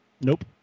Nope